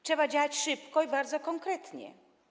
Trzeba działać szybko i bardzo konkretnie.